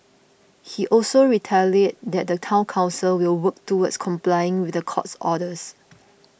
he also reiterated that the Town Council will work towards complying with the court's orders